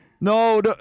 No